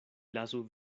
lasu